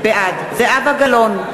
בעד זהבה גלאון,